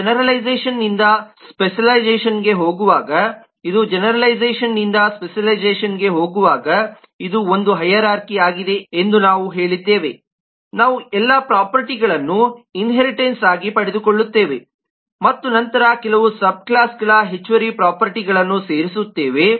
ನಾವು ಜೆನೆರಲೈಝೇಷನ್ನಿಂದ ಸ್ಪೆಷಲ್ಲೈಝೇಷನ್ ಗೆ ಹೋಗುವಾಗ ಇದು ಜೆನೆರಲೈಝೇಷನ್ನಿಂದ ಸ್ಪೆಷಲ್ಲೈಝೇಷನ್ ಗೆ ಹೋಗುವಾಗ ಇದು ಒಂದು ಹೈರಾರ್ಖಿ ಆಗಿದೆ ಎಂದು ನಾವು ಹೇಳಿದ್ದೇವೆ ನಾವು ಎಲ್ಲಾ ಪ್ರೊಪರ್ಟಿಗಳನ್ನು ಇನ್ಹೇರಿಟನ್ಸ್ ಆಗಿ ಪಡೆದುಕೊಳ್ಳುತ್ತೇವೆ ಮತ್ತು ನಂತರ ಕೆಲವು ಸಬ್ ಕ್ಲಾಸ್ಗಳ ಹೆಚ್ಚುವರಿ ಪ್ರೊಪರ್ಟಿಗಳನ್ನು ಸೇರಿಸುತ್ತೇವೆ